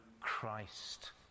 Christ